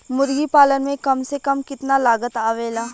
मुर्गी पालन में कम से कम कितना लागत आवेला?